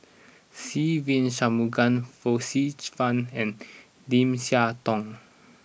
Se Ve Shanmugam Joyce Fan and Lim Siah Tong